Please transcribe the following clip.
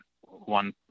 one